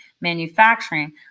Manufacturing